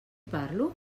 parlo